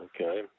Okay